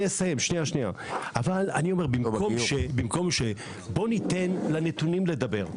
אבל אני אומר, בוא ניתן לנתונים לדבר.